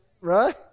right